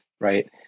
right